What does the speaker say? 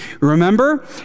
Remember